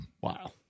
Wow